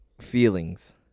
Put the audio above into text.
feelings